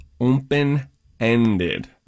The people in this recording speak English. open-ended